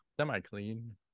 Semi-clean